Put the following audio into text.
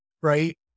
right